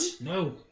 No